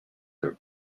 her